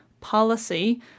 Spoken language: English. Policy